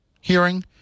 hearing